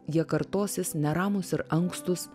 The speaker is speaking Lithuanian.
jie kartosis neramūs ir ankstūs